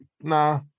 nah